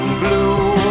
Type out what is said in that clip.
blue